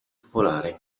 popolari